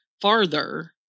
farther